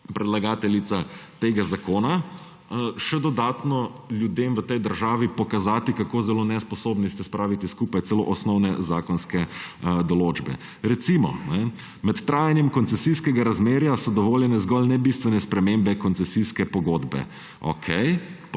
predlagateljica tega zakona? Še dodatno ljudem v tej državi pokazati, kako zelo nesposobni ste spraviti skupaj celo osnovne zakonske določbe. Recimo: med trajanjem koncesijskega razmerja so dovoljene zgolj nebistvene spremembe koncesijske pogodbe.